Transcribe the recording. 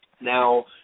Now